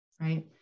right